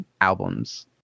Albums